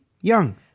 Young